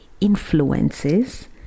influences